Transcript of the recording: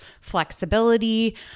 flexibility